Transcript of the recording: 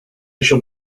shall